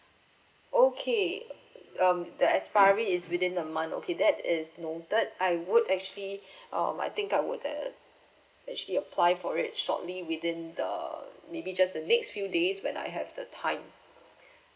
okay um the expiry is within a month okay that is noted I would actually um I think I would uh actually apply for it shortly within the maybe just the next few days when I have the time